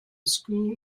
school